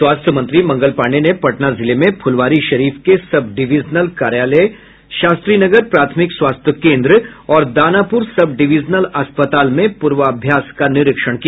स्वास्थ्य मंत्री मंगल पाण्डेय ने पटना जिले में फुलवारीशरीफ के सब डिवीजनल कार्यालय शास्त्री नगर प्राथमिक स्वास्थ्य केन्द्र और दानापुर सब डिवीजनल अस्पताल में पूर्वाभ्यास का निरीक्षण किया